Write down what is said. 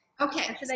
okay